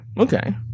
Okay